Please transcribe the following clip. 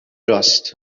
راست